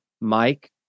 Mike